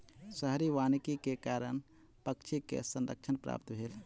शहरी वानिकी के कारण पक्षी के संरक्षण प्राप्त भेल